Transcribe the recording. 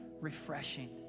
refreshing